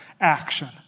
action